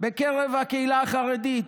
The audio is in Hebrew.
בקרב הקהילה החרדית.